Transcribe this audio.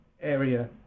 area